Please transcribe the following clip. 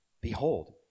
Behold